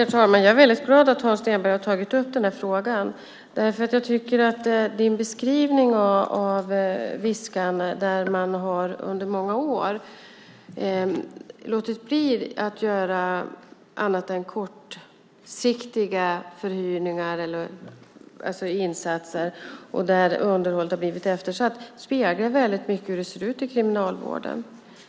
Herr talman! Jag är väldigt glad att Hans Stenberg har tagit upp den här frågan. Jag tycker att beskrivningen av anstalten i Viskan, där man under många år har låtit bli att göra annat än kortsiktiga insatser och där underhållet har blivit eftersatt, speglar väldigt mycket hur det ser ut i kriminalvården.